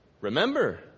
Remember